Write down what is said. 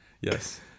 Yes